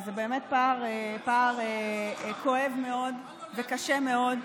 וזה באמת פער כואב מאוד וקשה מאוד,